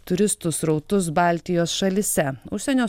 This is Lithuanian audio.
turistų srautus baltijos šalyse užsienio